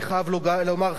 אני חייב לומר,